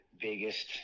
biggest